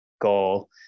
goal